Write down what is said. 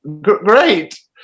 great